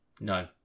no